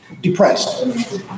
depressed